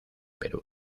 perú